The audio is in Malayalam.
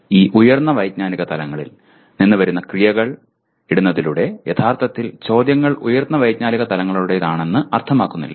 ഈ ഉയർന്ന വൈജ്ഞാനിക തലങ്ങളിൽ നിന്ന് വരുന്ന ക്രിയകൾ ഇടുന്നതിലൂടെ യഥാർത്ഥത്തിൽ ചോദ്യങ്ങൾ ഉയർന്ന വൈജ്ഞാനിക തലങ്ങളുടേതാണെന്ന് അർത്ഥമാക്കുന്നില്ല